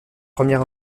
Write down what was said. premières